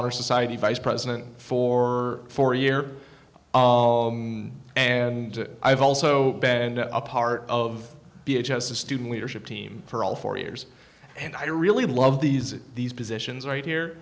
honor society vice president for four year and i've also been a part of the h s a student leadership team for all four years and i really love these these positions right here